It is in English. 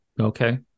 Okay